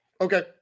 Okay